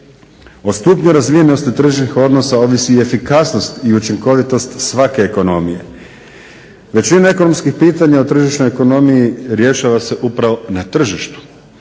O stupnju razvijenosti tržišnih odnosa ovisi i efikasnost i učinkovitost svake ekonomije. Većinu ekonomskih pitanja o tržišnoj ekonomiji rješava se upravo na tržištu.